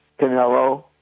Canelo